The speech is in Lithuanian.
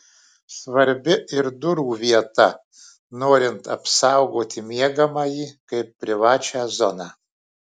svarbi ir durų vieta norint apsaugoti miegamąjį kaip privačią zoną